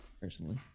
personally